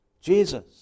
Jesus